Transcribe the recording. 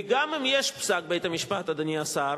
וגם אם יש פסק בית-המשפט, אדוני השר,